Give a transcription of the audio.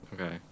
Okay